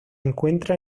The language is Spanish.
encuentra